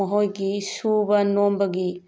ꯃꯈꯣꯏꯒꯤ ꯁꯨꯕ ꯅꯣꯝꯕꯒꯤ